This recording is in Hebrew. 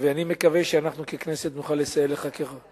ואני מקווה שאנחנו ככנסת נוכל לסייע לך ככל שניתן.